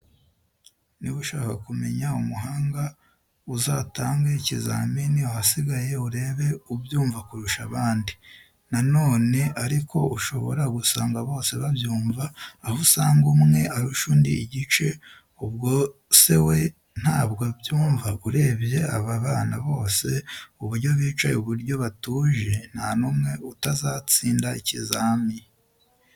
Niba ushaka kumenya umuhanga uzatange ikizamini ahasigaye urebe ubyumva kurusha abandi. nanone ariko ushobora gusanga bose babyumva aho usanga umwe arusha undi igice ubwo sewe ntaba abyumva. urebye ababana bose uburyo bicaye uburyo batuje ntanumwe utazatsinda ikizami.